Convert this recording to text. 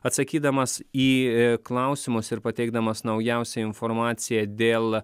atsakydamas į klausimus ir pateikdamas naujausią informaciją dėl